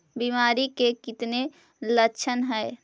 बीमारी के कितने लक्षण हैं?